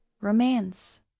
romance